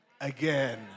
again